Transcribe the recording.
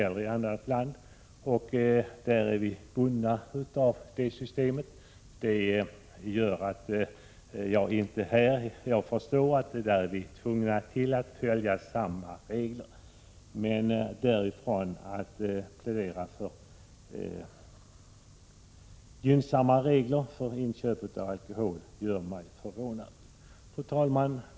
Vi är bundna av det systemet och jag förstår att vi är tvungna att följa samma regler. Men därifrån till att plädera för gynnsammare regler för inköp av alkohol — det gör mig förvånad. Fru talman!